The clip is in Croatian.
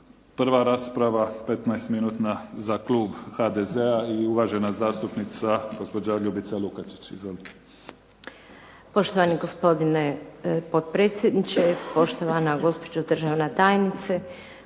Prva rasprava petnaest minutna za klub HDZ-a i uvažena zastupnica gospođa Ljubica Lukačić.